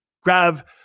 grab